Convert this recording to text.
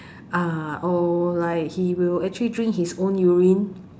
ah or like he will actually drink his urine